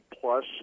plus